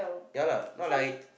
ya lah not like